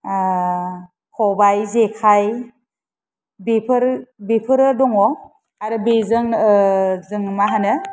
आह खबाइ जेखाइ बेफोर बेफोरो दङ आरो बेजों जोङो मा होनो